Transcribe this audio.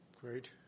Great